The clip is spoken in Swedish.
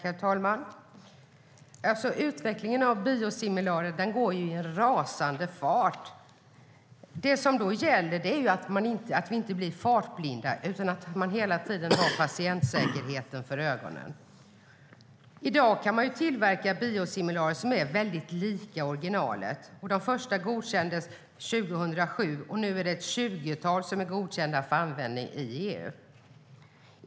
Herr talman! Utvecklingen av biosimilarer går i en rasande fart. Då gäller det att vi inte blir fartblinda utan hela tiden har patientsäkerheten för ögonen. I dag kan man tillverka biosimilarer som är väldigt lika originalet. De första godkändes 2007, och nu är ett tjugotal godkända för användning inom EU.